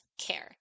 care